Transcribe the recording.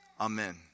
Amen